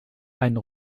einen